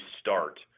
start